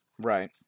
Right